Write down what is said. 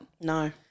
No